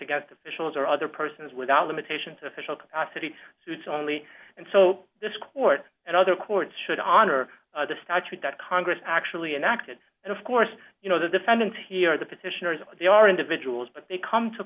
against officials or other persons without limitations official capacity only and so this court and other courts should honor the statute that congress actually enacted and of course you know the defendants here are the petitioners they are individuals but they come to